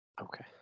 Okay